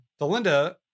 Delinda